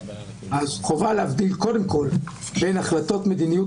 אז חובה להבדיל קודם כל בין החלטות מדיניות